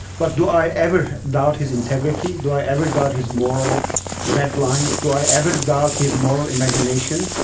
but do i ever doubt his integrity? do i ever doubt his moral red lines? do i ever doubt his moral imagination?